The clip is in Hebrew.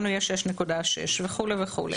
לנו יש 6.6 וכו' וכו'.